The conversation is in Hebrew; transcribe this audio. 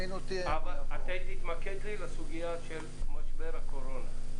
תתמקד בסוגיה של משבר הקורונה.